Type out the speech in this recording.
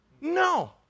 No